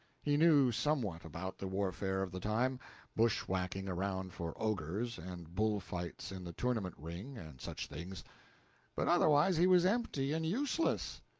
he knew somewhat about the warfare of the time bushwhacking around for ogres, and bull-fights in the tournament ring, and such things but otherwise he was empty and useless.